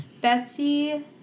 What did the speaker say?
Betsy